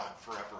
forever